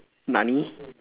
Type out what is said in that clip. nani